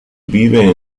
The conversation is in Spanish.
vive